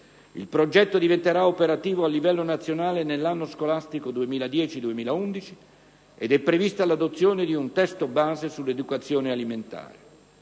Il Progetto diverrà operativo a livello nazionale nell'anno scolastico 2010-2011, ed è prevista l'adozione di un testo base sull'educazione alimentare.